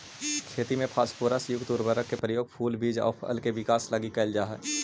खेती में फास्फोरस युक्त उर्वरक के प्रयोग फूल, बीज आउ फल के विकास लगी कैल जा हइ